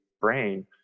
brain